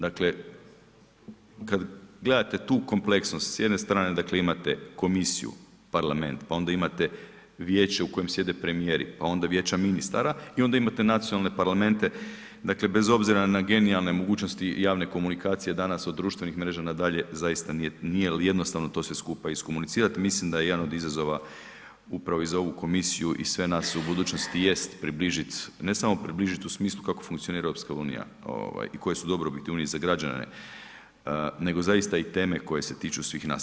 Dakle, kad gledate tu kompleksnost s jedne strane dakle imate komisiju, parlament, pa onda imate vijeće u kojem sjede premijeri pa onda vijeća ministara i onda imate nacionalne parlamente dakle bez obzira na genijalne mogućnosti javne komunikacije danas od društvenih mreža na dalje zaista nije jednostavno to sve skupa iskomunicirati, mislim da je jedan od izazova upravo i za ovu komisiju i sve nas u budućnosti jest približit, ne samo približit u smislu kako funkcionira EU ovaj i koje su dobrobiti unije za građane, nego zaista i teme koje se tiču svih nas.